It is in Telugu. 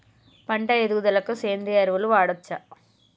పంట ఎదుగుదలకి సేంద్రీయ ఎరువులు వాడచ్చా?